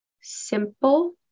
simple